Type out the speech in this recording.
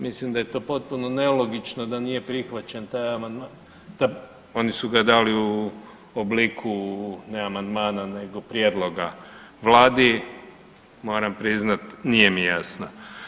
Mislim da je to potpuno nelogično da nije prihvaćen taj amandman, oni su ga dali u obliku ne amandmana nego prijedloga vladi, moram priznati nije mi jasno.